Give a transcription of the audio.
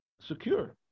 secure